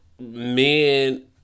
men